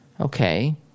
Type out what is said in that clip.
Okay